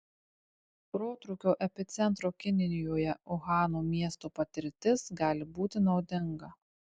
protrūkio epicentro kinijoje uhano miesto patirtis gali būti naudinga